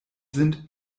sind